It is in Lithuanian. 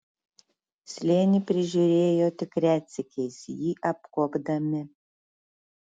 slėnį prižiūrėjo tik retsykiais jį apkuopdami